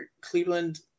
Cleveland